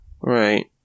Right